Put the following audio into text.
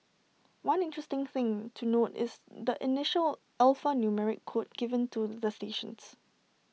one interesting thing to note is the initial alphanumeric code given to the stations